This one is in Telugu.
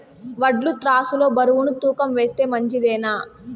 వడ్లు త్రాసు లో బరువును తూకం వేస్తే మంచిదేనా?